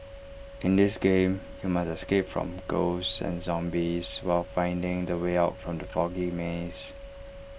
in this game you must escape from ghosts and zombies while finding the way out from the foggy maze